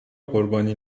قربانی